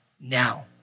now